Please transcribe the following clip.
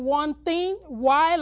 one thing why